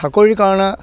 চাকৰিৰ কাৰণে